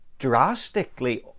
drastically